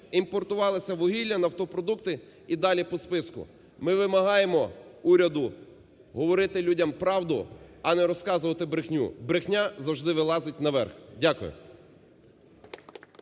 імпортувалося вугілля, нафтопродукти і далі по списку. Ми вимагаємо уряду говорити людям правду, а не розказувати брехню. Брехня завжди вилазить наверх. Дякую.